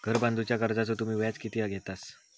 घर बांधूच्या कर्जाचो तुम्ही व्याज किती घेतास?